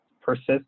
persist